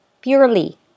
Purely